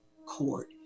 Court